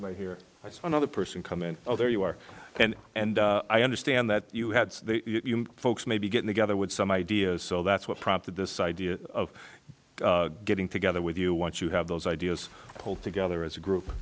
right here i saw another person come in oh there you are and and i understand that you had folks maybe get together with some ideas so that's what prompted this idea of getting together with you once you have those ideas pulled together as a group